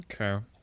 Okay